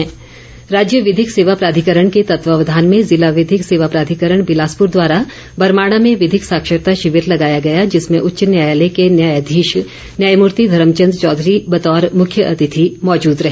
विधिक सेवा राज्य विधिक सेवा प्राधिकरण के तत्वावधान में ज़िला विधिक सेवा प्राधिकरण बिलासपुर द्वारा बरमाणा में विधिक साक्षरता शिविर लगाया गया जिसमें उच्च न्यायालय के न्यायाधीश न्यामूर्ति धर्मचंद चौधरी बतौर मुख्य अतिथि मौजूद रहे